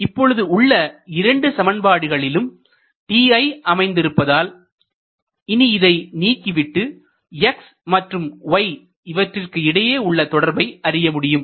இப்பொழுது உள்ள இரண்டு சமன்பாடுகளிலும் ti அமைந்திருப்பதால் இனி இதை நீக்கிவிட்டு x மற்றும் y இவற்றிற்கு இடையே உள்ள தொடர்பை அறிய முடியும்